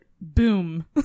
boom